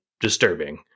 disturbing